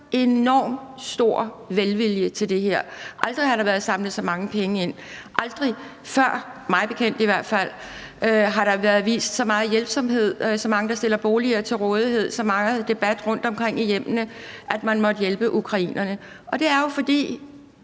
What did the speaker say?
enormt stor velvilje til det her. Aldrig har der været samlet så mange penge ind. Aldrig før, i hvert fald ikke mig bekendt, har der været udvist så meget hjælpsomhed, så mange, der stiller boliger til rådighed, så meget debat rundtomkring i hjemmene om, at man måtte hjælpe ukrainerne. Og det er jo, fordi